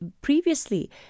previously